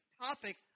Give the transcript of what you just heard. topic